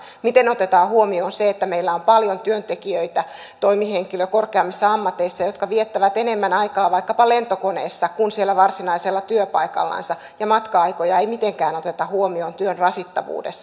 miten otetaan huomioon se että meillä on paljon työntekijöitä toimihenkilö ja korkeammissa ammateissa jotka viettävät enemmän aikaa vaikkapa lentokoneessa kuin siellä varsinaisella työpaikallansa ja matka aikoja ei mitenkään oteta huomioon työn rasittavuudessa